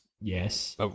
yes